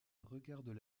regardent